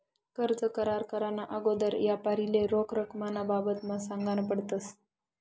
कर्ज करार कराना आगोदर यापारीले रोख रकमना बाबतमा सांगनं पडस